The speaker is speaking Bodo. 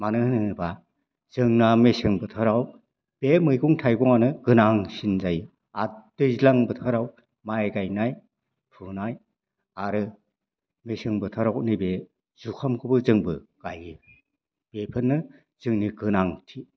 मानोहोनोबा जोंना मेसें बोथोराव बे मैगं थाइगंआनो गोनांसिन जायो आर दैज्लां बोथोराव माइ गायनाय फुनाय आरो मेसें बोथोराव जुखामखौ जोंबो गायो बेफोरनो जोंनि गोनांथि